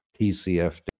TCFD